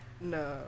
No